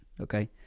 okay